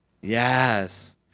Yes